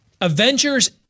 Avengers